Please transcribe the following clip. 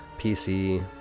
PC